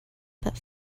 but